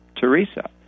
Teresa